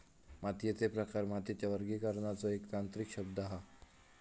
मातीयेचे प्रकार मातीच्या वर्गीकरणाचो एक तांत्रिक शब्द हा